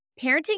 parenting